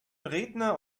redner